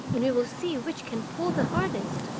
and we will see which can pull the hardest